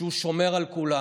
כשהוא שומר על כולם.